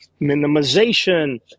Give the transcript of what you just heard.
minimization